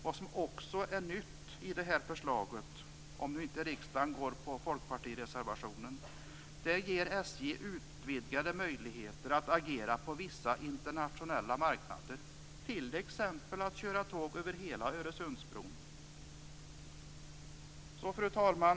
Vad som också är nytt i det här förslaget, om nu inte riksdagen går på fp-reservationen, är att SJ ges utvidgade möjligheter att agera på vissa internationella marknader, t.ex. att köra tåg över hela Öresundsbron. Fru talman!